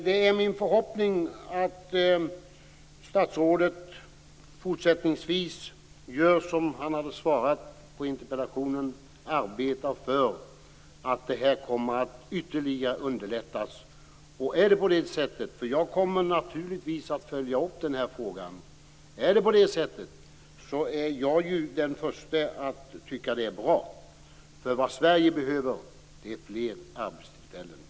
Det är min förhoppning att statsrådet fortsättningsvis gör så som han hade svarat på interpellationen, dvs. arbetar för att det här ytterligare kommer att underlättas, och jag kommer naturligtvis att följa upp denna fråga. Är det på det sättet är jag den förste att tycka att det är bra. Vad Sverige behöver är fler arbetstillfällen.